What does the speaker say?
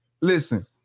Listen